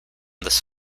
this